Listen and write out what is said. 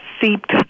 seeped